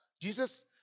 Jesus